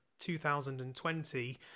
2020